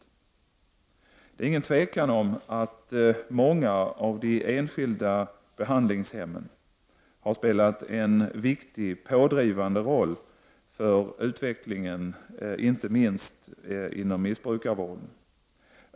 Det råder inget tvivel om att många av de enskilda behandlingshemmen har spelat en viktig pådrivande roll för utvecklingen inte minst inom missbrukarvården.